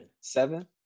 Seven